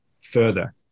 further